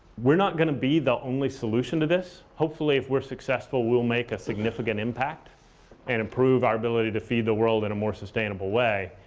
we're not going to be the only solution to this. hopefully, if we're successful, we'll make a significant impact and improve our ability to feed the world in a more sustainable way.